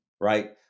Right